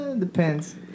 depends